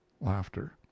Laughter